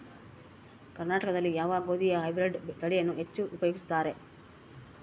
ಕರ್ನಾಟಕದಲ್ಲಿ ಯಾವ ಗೋಧಿಯ ಹೈಬ್ರಿಡ್ ತಳಿಯನ್ನು ಹೆಚ್ಚು ಉಪಯೋಗಿಸುತ್ತಾರೆ?